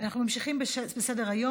אנחנו ממשיכים בסדר-היום,